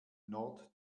nord